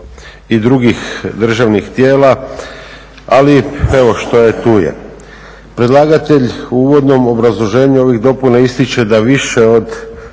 i drugih državnih tijela, ali evo, što je tu je. Predlagatelj u uvodnom obrazloženju ovih dopuna ističe da više od